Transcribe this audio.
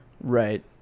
Right